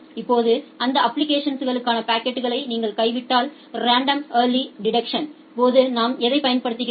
இப்போது அந்த அப்ப்ளிகேஷன்ஸ் களுக்கான பாக்கெட்களை நீங்கள் கைவிட்டால் ரெண்டோம் ஏர்லி டிடெக்ஷன் போது நாம் எதைப் பயன்படுத்துகிறோம்